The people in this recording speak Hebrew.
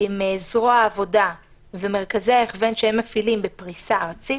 עם זרוע העבודה ומרכזי ההכוון שהם מפעילים בפריסה ארצית,